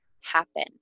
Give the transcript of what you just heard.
happen